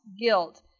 guilt